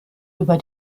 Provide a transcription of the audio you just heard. über